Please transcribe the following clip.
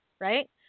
Right